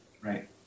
Right